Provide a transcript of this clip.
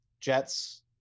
jets